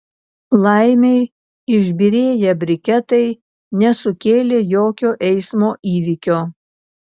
laimei išbyrėję briketai nesukėlė jokio eismo įvykio